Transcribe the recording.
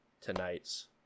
tonight's